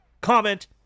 comment